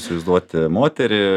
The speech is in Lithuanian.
įsivaizduoti moterį